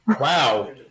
Wow